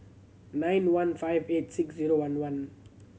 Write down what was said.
nine one five eight six zero one one